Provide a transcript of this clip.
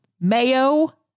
Mayo